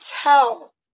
tell